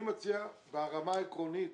אני מציע ברמה העקרונית